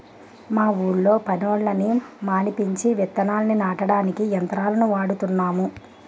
మా ఊళ్ళో పనోళ్ళని మానిపించి విత్తనాల్ని నాటడానికి యంత్రాలను వాడుతున్నాము